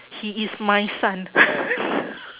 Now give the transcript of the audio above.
he is my son